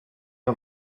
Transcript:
een